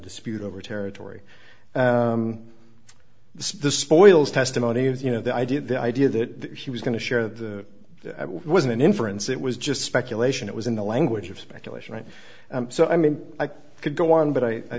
dispute over territory the spoils testimony was you know the idea the idea that he was going to share the was an inference it was just speculation it was in the language of speculation right so i mean i could go on but i